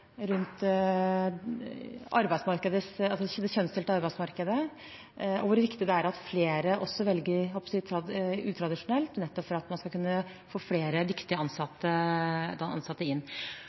det kjønnsdelte arbeidsmarkedet og hvor viktig det er at flere også velger – jeg holdt på å si – utradisjonelt, nettopp for at man skal kunne få flere dyktige ansatte